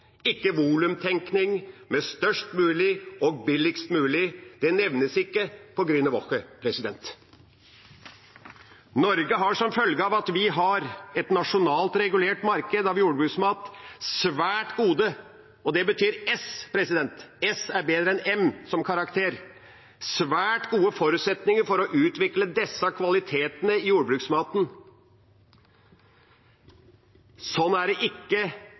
ikke volumtenkning med størst mulig og billigst mulig. Det nevnes ikke på Grüne Woche. Norge har, som følge av at vi har et nasjonalt regulert marked av jordbruksmat, svært gode – og det betyr S, som er bedre enn M som karakter – forutsetninger for å utvikle disse kvalitetene i jordbruksmaten. Sånn er det ikke